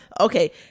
Okay